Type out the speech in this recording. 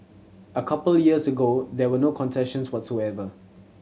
a couple years ago there were no concessions whatsoever